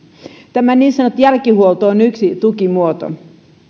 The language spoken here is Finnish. tämä niin sanottu jälkihuolto on yksi tukimuoto